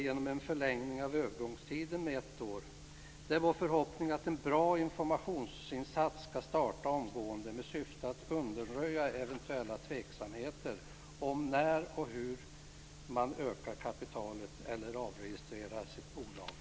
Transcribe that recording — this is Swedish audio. Det skall ske genom en förlängning av övergångstiden med ett år. Det är vår förhoppning att en bra informationsinsats skall starta omgående med syfte att undanröja eventuella tveksamheter om när och hur man ökar kapitalet eller avregistrerar sitt bolag.